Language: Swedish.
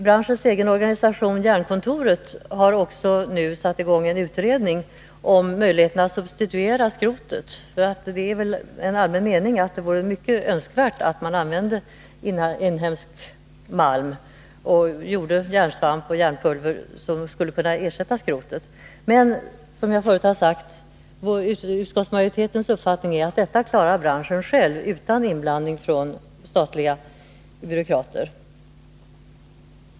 Branschens egen organisation, Jernkontoret, har vidare påbörjat en utredning om möjligheterna att substituera skrotet, och det är en allmän mening att det är mycket önskvärt att man kan använda inhemsk malm för att göra järnsvamp och järnpulver som skulle kunna ersätta skrotet. Som jag förut har sagt är det utskottsmajoritetens uppfattning att branschen klarar detta själv, utan inblandning från statliga byråkrater.